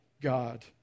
God